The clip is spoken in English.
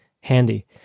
handy